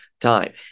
time